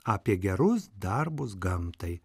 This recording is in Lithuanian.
apie gerus darbus gamtai